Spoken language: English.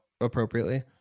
appropriately